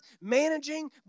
managing